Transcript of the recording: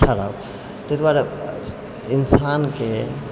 अच्छा रहब तैं दुआरे इंसानके